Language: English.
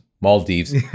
Maldives